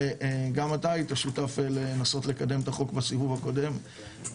וגם אתה היית שותף לנסות לקדם את החוק בסיבוב הקודם,